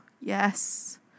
yes